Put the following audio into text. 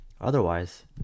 otherwise